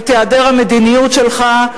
את היעדר המדיניות שלך,